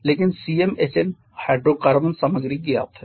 लेकिन CmHn hydrocarbon सामग्री ज्ञात है